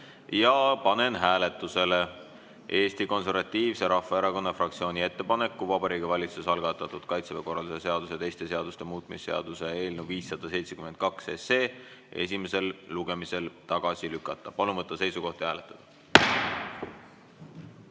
Panen hääletusele Eesti Konservatiivse Rahvaerakonna fraktsiooni ettepaneku Vabariigi Valitsuse algatatud Kaitseväe korralduse seaduse ja teiste seaduste muutmise seaduse eelnõu 572 esimesel lugemisel tagasi lükata. Palun võtta seisukoht ja hääletada.